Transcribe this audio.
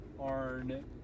Arn